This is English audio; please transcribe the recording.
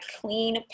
clean